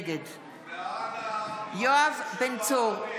נגד איתמר בן גביר, בעד יואב בן צור,